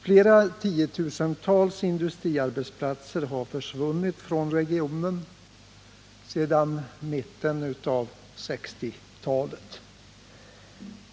Flera tiotusental industriarbetsplatser har försvunit från regionen sedan mitten av 1960-talet.